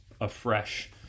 afresh